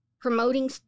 promoting